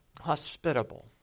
Hospitable